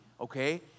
okay